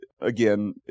again